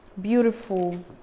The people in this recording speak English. beautiful